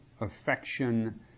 affection